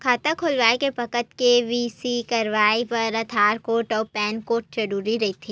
खाता खोले के बखत के.वाइ.सी कराये बर आधार कार्ड अउ पैन कार्ड जरुरी रहिथे